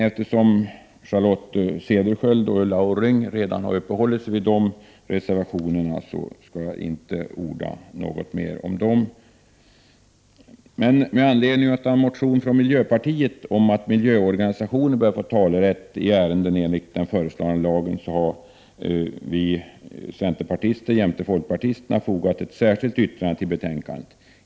Eftersom Charlotte Cederschiöld och Ulla Orring redan uppehållit sig vid de reservationerna, skall jag inte orda något mer om dem. Med anledning av en motion från miljöpartiet om att miljöorganisationer bör få talerätt i ärenden enligt den föreslagna lagen har vi centerpartister jämte folkpartisterna fogat ett särskilt yttrande till betänkandet.